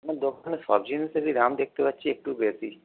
আপনার দোকানে সব জিনিসেরই দাম দেখতে পাচ্ছি একটু বেশি